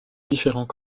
différents